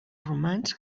romans